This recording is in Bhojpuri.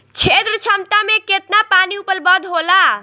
क्षेत्र क्षमता में केतना पानी उपलब्ध होला?